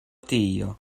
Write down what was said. tio